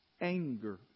anger